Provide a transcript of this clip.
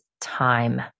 time